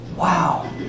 Wow